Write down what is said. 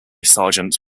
sergeant